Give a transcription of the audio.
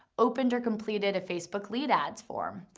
opened or completed a facebook lead ads form,